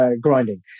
grinding